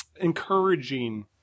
encouraging